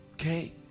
okay